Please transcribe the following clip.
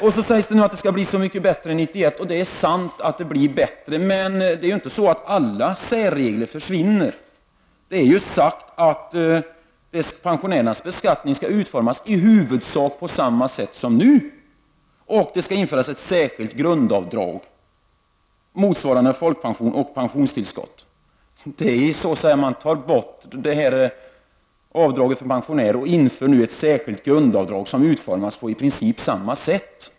Det sägs nu att det skall bli så mycket bättre 1991, och det är sant, men det är inte så att alla särregler försvinner. Det är sagt att pensionärernas beskattning skall utformas i huvudsak på samma sätt som nu, och det skall införas ett särskilt grundavdrag motsvarande folkpension och pensionstillskott. Detta avdrag skall ersätta det extra avdraget för pensionärer men skall i princip utformas på samma sätt.